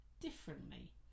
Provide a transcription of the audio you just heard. differently